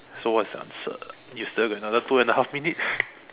so what is the answer you still have another two and a half minutes